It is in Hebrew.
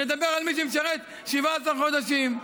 נדבר על מי שמשרת 17 חודשים.